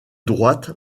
droite